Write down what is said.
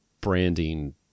branding